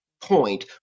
point